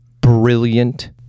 brilliant